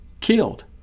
killed